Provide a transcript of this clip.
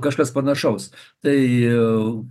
kažkas panašaus tai